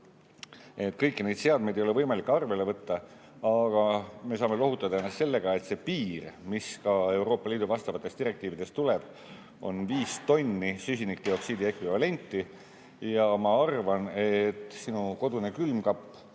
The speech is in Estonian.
seadmepõhiselt – ei ole võimalik arvele võtta, aga me saame lohutada ennast sellega, et see piir, mis ka Euroopa Liidu vastavatest direktiividest tuleb, on viis tonni süsinikdioksiidi ekvivalenti. Ja ma arvan, et sinu kodune külmkapp,